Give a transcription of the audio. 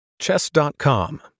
Chess.com